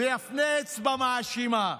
ויפנה אצבע מאשימה.